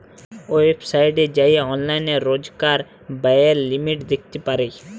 ওয়েবসাইটে যাঁয়ে অললাইল রজকার ব্যয়ের লিমিট দ্যাখতে পারি